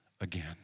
again